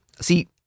See